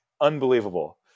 Unbelievable